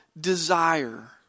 desire